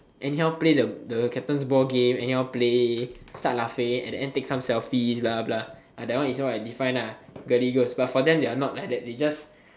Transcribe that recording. anyhow play the captain ball game anyhow play and then start laughing at the end take selfie blah blah blah that one is how I define girly girls stuff but for them they are not like that they just